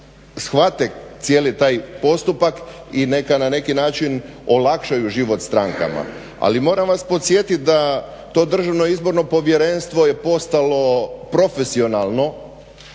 shvate cijeli taj postupak i neka na neki način olakšaju život strankama. Ali moram vas podsjetiti da taj DIP je postao profesionalan